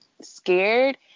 scared